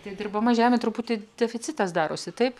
tai dirbama žemė truputį deficitas darosi taip